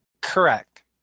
Correct